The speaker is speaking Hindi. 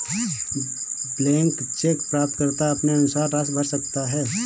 ब्लैंक चेक प्राप्तकर्ता अपने अनुसार राशि भर सकता है